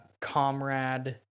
comrade